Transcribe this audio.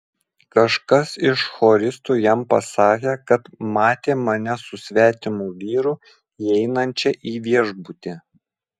kažkas iš choristų jam pasakė kad matė mane su svetimu vyru įeinančią į viešbutį